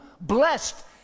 blessed